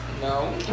No